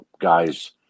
guys